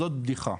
זאת בדיחה,